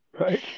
right